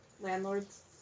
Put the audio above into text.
landlords